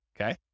okay